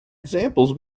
examples